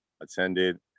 attended